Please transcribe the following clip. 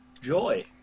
Joy